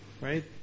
right